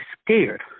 scared